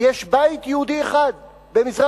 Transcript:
ויש בית יהודי אחד במזרח-ירושלים,